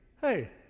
Hey